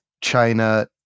China